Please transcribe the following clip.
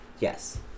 Yes